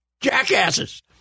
jackasses